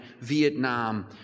Vietnam